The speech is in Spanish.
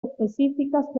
específicas